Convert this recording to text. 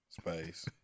space